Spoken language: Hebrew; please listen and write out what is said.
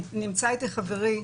נמצא איתי חברי,